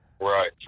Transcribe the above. Right